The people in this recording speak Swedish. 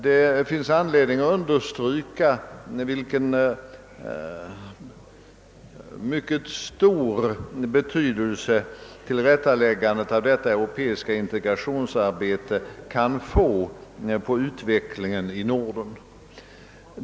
Det finns anledning att understryka den mycket stora betydelse som tillrättaläggandet av detta europeiska integrationsarbete kan få för utvecklingen i Norden.